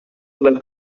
left